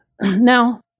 now